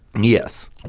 Yes